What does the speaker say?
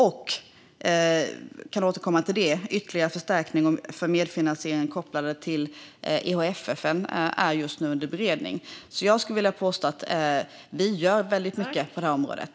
Jag kan återkomma om en ytterligare förstärkning för medfinansiering kopplad till EHFF som just nu är under beredning. Jag påstår därför att vi gör väldigt mycket på området.